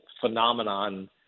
phenomenon